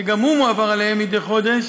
שגם הוא מועבר אליהם מדי חודש,